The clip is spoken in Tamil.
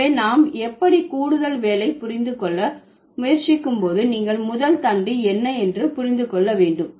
எனவே நாம் எப்படி கூடுதல் வேலை புரிந்து கொள்ள முயற்சி போது நீங்கள் முதல் தண்டு என்ன புரிந்து கொள்ள வேண்டும்